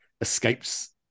escapes